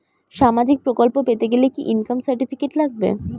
সামাজীক প্রকল্প পেতে গেলে কি ইনকাম সার্টিফিকেট লাগবে?